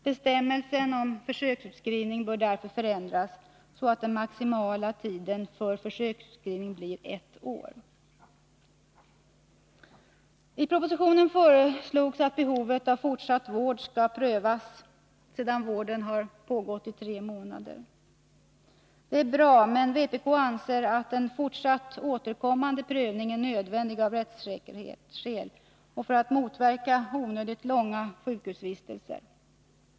Bestämmelsen om försöksutskrivning bör därför ändras så att den maximala tiden för försöksutskrivning blir ett år. I propositionen föreslås att behovet av fortsatt vård skall prövas sedan vården pågått i tre månader. Detta är bra, men vpk anser att en fortsatt återkommande prövning är nödvändig av rättssäkerhetsskäl och för att motverka onödigt långa sjukhusvistelser.